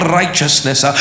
righteousness